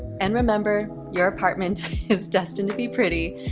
and remember, your apartment is destined to be pretty,